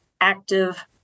active